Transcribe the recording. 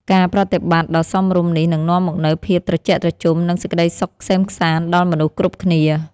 ការប្រតិបត្តិដ៏សមរម្យនេះនឹងនាំមកនូវភាពត្រជាក់ត្រជុំនិង សេចក្តីសុខក្សេមក្សាន្តដល់មនុស្សគ្រប់គ្នា។